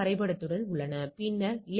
மாற்று என்பது அவை இல்லை